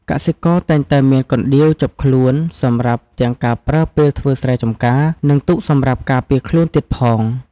កសិករតែងតែមានកណ្ដៀវជាប់ខ្លួន សម្រាប់ទាំងការប្រើពេលធ្វើស្រែចម្ការ និងទុកសម្រាប់ការពារខ្លួនទៀតផង។